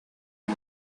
and